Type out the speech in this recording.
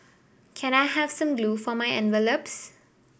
can I have some glue for my envelopes